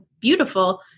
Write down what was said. beautiful